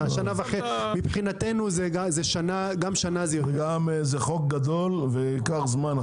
מבחינתנו גם שנה זה --- זה חוק גדול וייקח זמן.